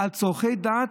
במיסוי של צורכי דת,